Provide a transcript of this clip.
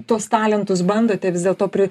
tuos talentus bandote vis dėlto pri